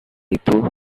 itu